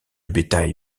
bétail